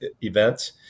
event